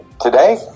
Today